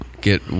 get